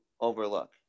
overlook